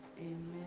Amen